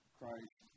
Christ